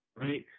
right